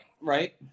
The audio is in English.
Right